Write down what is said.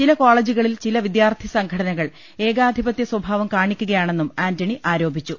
ചില കോളെ ജുകളിൽ ചില വിദ്യാർത്ഥി സംഘടനകൾ ഏകാധിപത്യ സ്വഭാവം കാണിക്കുകയാണെന്നും ആന്റണി ആരോപിച്ചു